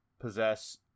possess